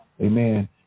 Amen